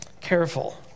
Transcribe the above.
Careful